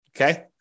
Okay